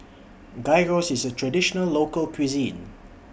Gyros IS A Traditional Local Cuisine